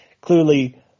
Clearly